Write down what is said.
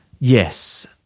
yes